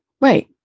Right